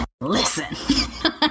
Listen